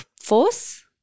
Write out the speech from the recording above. force